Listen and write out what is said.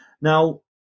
Now